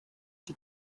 die